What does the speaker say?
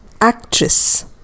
Actress